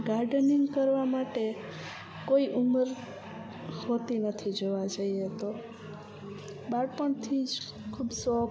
gardening કરવા માટે કોઈ ઉંમર હોતી નથી જોવા જઈએ તો બાળપણથી જ ખૂબ શોખ